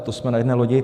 To jsme na jedné lodi.